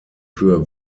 für